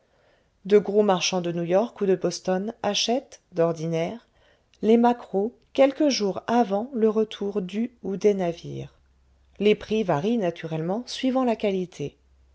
de gros marchands de new-york ou de boston achètent d'ordinaire les maquereaux quelques jours avant le retour du ou des navires les prix varient naturellement suivant la qualité